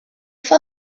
for